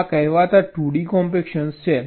આ કહેવાતા 2d compaction છે